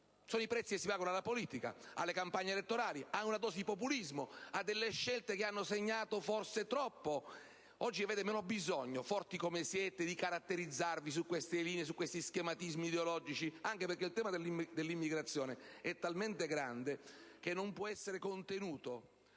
Sono i prezzi che si pagano, in politica, nelle campagne elettorali: una dose di populismo, scelte che hanno segnato forse troppo. Oggi vi è meno bisogno, forti come siete, di caratterizzarvi su queste linee e schematismi ideologici, anche perché il tema dell'immigrazione è talmente grande che non può essere contenuto